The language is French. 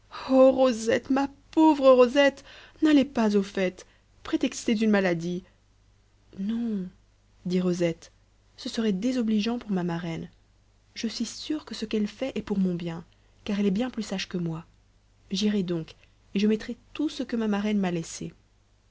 rosette ma pauvre rosette n'allez pas aux fêtes prétextez une maladie non dit rosette ce serait désobligeant pour ma marraine je suis sûre que ce qu'elle fait est pour mon bien car elle est bien plus sage que moi j'irai donc et je mettrai tout ce que ma marraine m'a laissé